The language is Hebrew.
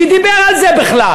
מי דיבר על זה בכלל.